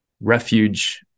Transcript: refuge